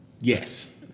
Yes